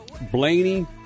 Blaney